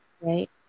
right